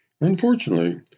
Unfortunately